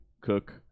cook